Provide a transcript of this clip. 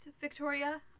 Victoria